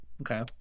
Okay